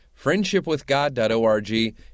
friendshipwithgod.org